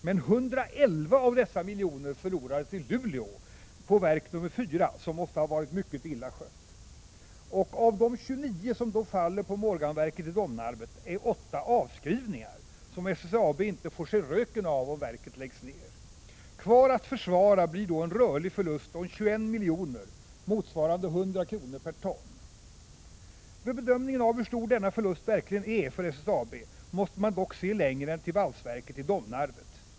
Men 111 av dessa miljoner förlorades i Luleå på verk nr 4, som måste ha varit mycket illa skött. Och av de 29 miljoner som då faller på Morganverket i Domnarvet är 8 miljoner avskrivningar som SSAB inte får se röken av om verket läggs ned. Kvar att ”försvara” blir då en rörlig förlust om 21 miljoner, motsvarande 100 kr./ton. Vid bedömningen av hur stor denna s.k. förlust verkligen är för SSAB måste man dock se längre än till valsverket i Domnarvet.